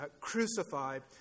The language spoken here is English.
crucified